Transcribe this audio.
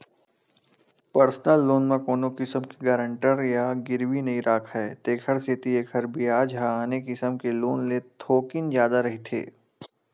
personal loan म कोनो किसम के गारंटर या गिरवी नइ राखय तेखर सेती एखर बियाज ह आने किसम के लोन ले थोकिन जादा रहिथे